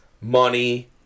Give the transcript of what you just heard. money